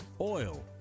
oil